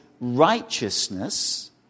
righteousness